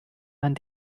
man